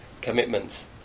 commitments